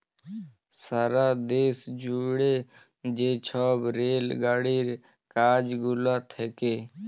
সারা দ্যাশ জুইড়ে যে ছব রেল গাড়ির কাজ গুলা থ্যাকে